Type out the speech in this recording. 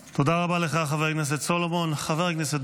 תודה רבה לך, חבר הכנסת סולומון.